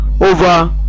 over